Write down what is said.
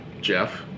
Jeff